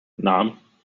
نعم